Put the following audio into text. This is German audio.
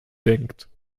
denkt